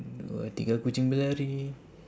dua tiga kucing berlari